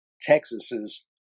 Texas's